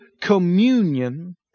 communion